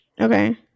Okay